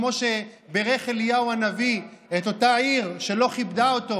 כמו שבירך אליהו הנביא את אותה העיר שלא כיבדה אותו